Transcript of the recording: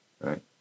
right